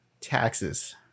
taxes